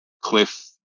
cliff